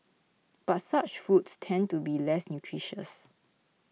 but such foods tend to be less nutritious